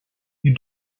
you